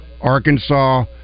Arkansas